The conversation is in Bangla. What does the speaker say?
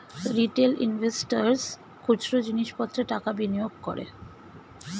রিটেল ইনভেস্টর্সরা খুচরো জিনিস পত্রে টাকা বিনিয়োগ করে